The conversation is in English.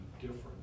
different